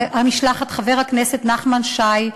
חבר הכנסת נחמן שי,